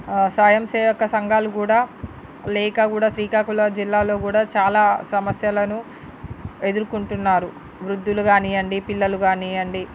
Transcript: స్వయంసేవక సంఘాలు కూడా లేక కూడా శ్రీకాకుళం జిల్లాలో కూడా చాలా సమస్యలను ఎదుర్కొంటున్నారు వృద్ధులు కానీయండి పిల్లలు కానీయండి